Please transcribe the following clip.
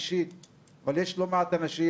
יש לא מעט אנשים,